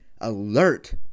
alert